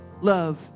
Love